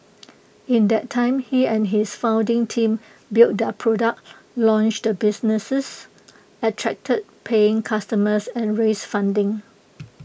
in that time he and his founding team built their product launched the businesses attracted paying customers and raised funding